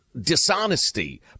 dishonesty